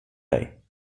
dig